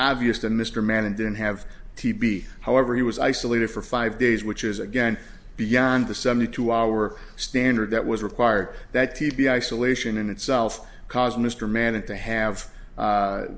obvious that mr manning didn't have tb however he was isolated for five days which is again beyond the seventy two hour standard that was required that tb isolation in itself cause mr manning to have